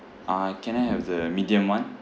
uh can I have the medium one